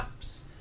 apps